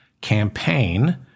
campaign